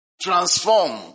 transform